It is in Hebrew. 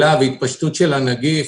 והתפשטות של הנגיף,